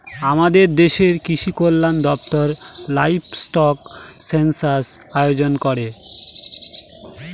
আমাদের দেশের কৃষিকল্যান দপ্তর লাইভস্টক সেনসাস আয়োজন করেন